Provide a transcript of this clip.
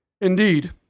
Indeed